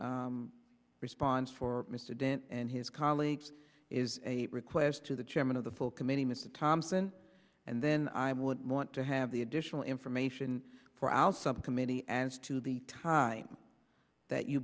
first response for mr dent and his colleagues is a request to the chairman of the full committee mr thomson and then i would want to have the additional information for out subcommittee as to the time that you